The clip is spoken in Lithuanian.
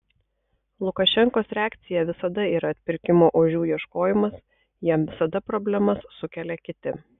lukašenkos reakcija visada yra atpirkimo ožių ieškojimas jam visada problemas sukelia kiti